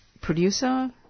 producer